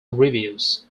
reviews